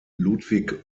ludwig